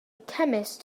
chemist